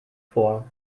vor